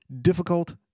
Difficult